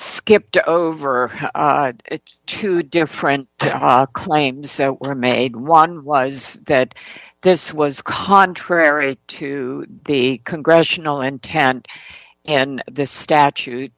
skipped over two different claims that were made one was that this was contrary to the congressional intent and the statute